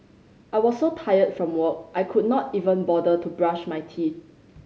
I was so tired from work I could not even bother to brush my teeth